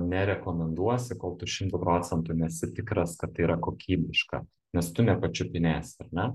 nerekomenduosi kol tu šimtu procentų nesi tikras kad tai yra kokybiška nes tu nepačiupinėsi ne